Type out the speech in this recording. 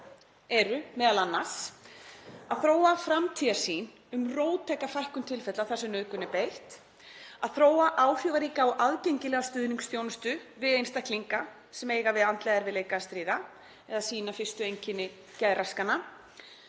eru m.a. að þróa framtíðarsýn um róttæka fækkun tilfella þar sem nauðung er beitt, að þróa áhrifaríka og aðgengilega stuðningsþjónustu við einstaklinga sem eiga við andlega erfiðleika að stríða eða sýna fyrstu einkenni geðraskana,